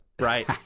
right